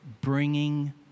bringing